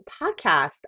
podcast